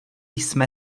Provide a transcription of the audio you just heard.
jsme